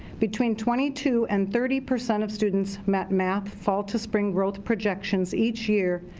between twenty two and thirty percent of students met math, fall to spring growth projections each year.